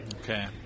Okay